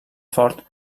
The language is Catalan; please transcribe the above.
ford